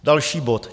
Další bod.